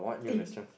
and